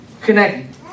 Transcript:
connect